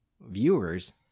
viewers